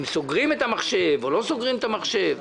סוגרים את המחשב או לא סוגרים את המחשב.